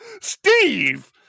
steve